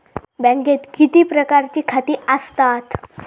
बँकेत किती प्रकारची खाती आसतात?